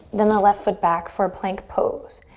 then the left foot back for a plank pose.